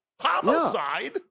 Homicide